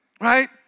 Right